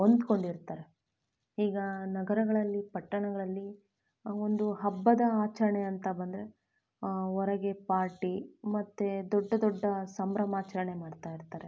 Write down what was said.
ಹೊಂದ್ಕೊಂಡಿರ್ತಾರೆ ಈಗ ನಗರಗಳಲ್ಲಿ ಪಟ್ಟಣಗಳಲ್ಲಿ ಒಂದು ಹಬ್ಬದ ಆಚರಣೆ ಅಂತ ಬಂದರೆ ಹೊರಗೆ ಪಾರ್ಟಿ ಮತ್ತು ದೊಡ್ಡ ದೊಡ್ಡ ಸಂಭ್ರಮಾಚರಣೆ ಮಾಡ್ತಾ ಇರ್ತಾರೆ